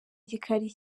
gikari